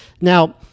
Now